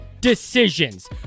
decisions